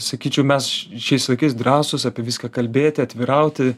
sakyčiau mes šiais laikais drąsūs apie viską kalbėti atvirauti